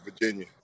Virginia